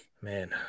Man